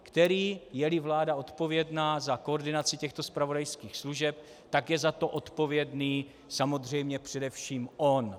Jeli vláda odpovědná za koordinaci těchto zpravodajských služeb, tak je za to odpovědný samozřejmě především on.